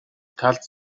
талд